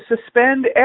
suspend